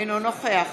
אינו נוכח